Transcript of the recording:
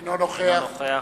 אינו נוכח